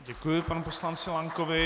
Děkuji panu poslanci Lankovi.